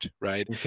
right